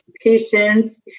patients